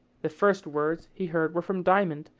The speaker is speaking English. the first words he heard were from diamond,